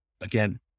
again